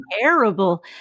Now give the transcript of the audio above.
terrible